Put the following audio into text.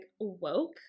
woke